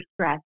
stress